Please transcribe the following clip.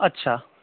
अच्छा